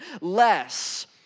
less